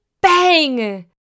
bang